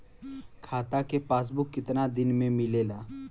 खाता के पासबुक कितना दिन में मिलेला?